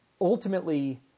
ultimately